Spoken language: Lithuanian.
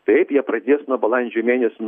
taip jie pradės nuo balandžio mėnesio